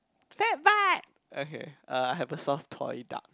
fat butt okay uh I have a soft toy duck